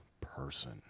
person